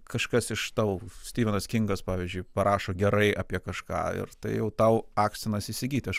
kažkas iš tau stivenas kingas pavyzdžiui parašo gerai apie kažką ir tai jau tau akstinas įsigyti aš